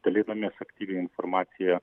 dalinomės aktyviai informacija